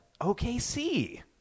OKC